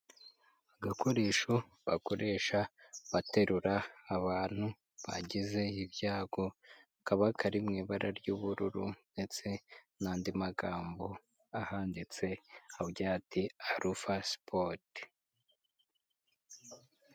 Agakoresho bakoresha baterura abantu bagize ibyago kaba kari mu ibara ry'ubururu ndetse n'andi magambo ahanditse mu cyatsi arufa sipoti.